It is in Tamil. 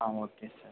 ah okay sir